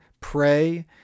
pray